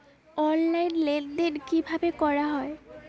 Online লেনদেন কিভাবে করা হয়?